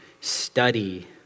study